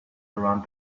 around